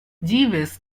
jeeves